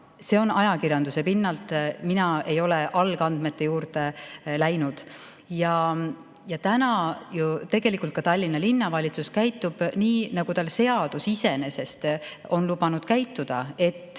see on ajakirjanduse info, mina ei ole algandmete juurde läinud. Ja praegu tegelikult Tallinna Linnavalitsus käitub nii, nagu tal seaduse kohaselt on lubatud käituda.